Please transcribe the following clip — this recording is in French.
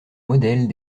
modèles